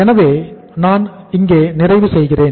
எனவே நான் இங்கே நிறைவு செய்கிறேன்